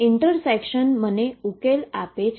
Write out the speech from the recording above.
તેથી ઈન્ટરસેક્શન મને ઉકેલો આપે છે